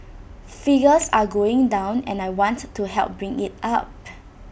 figures are going down and I wants to help bring IT up